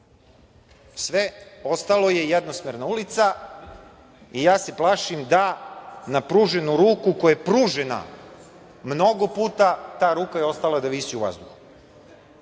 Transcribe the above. sve ostalo je jednosmerna ulica i ja se plašim da na pruženu ruku, koja je pružena mnogo puta, ta ruka je ostala da visi u vazduhu. Uvedena